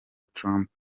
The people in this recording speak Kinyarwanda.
trump